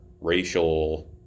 racial